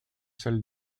celles